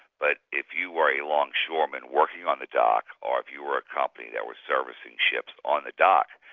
but if you were a longshoreman working on the dock, or if you were a company that was servicing ships on the dock,